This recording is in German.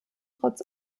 trotz